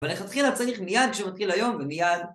ולכתחילה צריך מיד כשמתחיל היום, ומיד